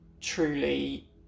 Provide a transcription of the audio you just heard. truly